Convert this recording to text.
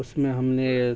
اس میں ہم نے